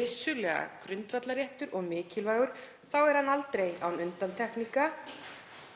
vissulega grundvallarréttur og mikilvægur, er aldrei án undantekninga